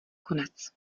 konec